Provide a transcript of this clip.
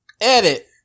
Edit